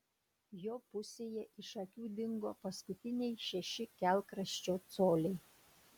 jo pusėje iš akių dingo paskutiniai šeši kelkraščio coliai